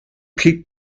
keep